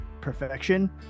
perfection